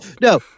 No